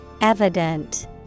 Evident